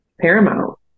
paramount